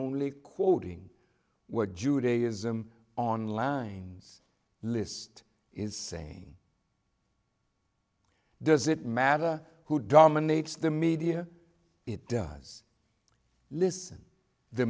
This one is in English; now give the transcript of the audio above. only quoting what judaism online list is saying does it matter who dominates the media it does listen the